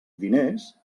diners